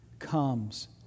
comes